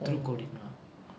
through coding lah